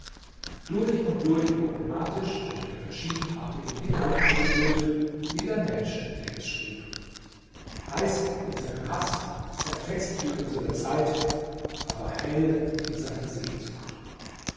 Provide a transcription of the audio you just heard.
durch und durch problematisch und mit verschiedenartigem inhalt angefüllt wie der mensch der es schrieb heiß in seinem haß zerfetzt wie unsere zeit aber hell in seiner sehnsucht